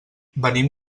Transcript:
venim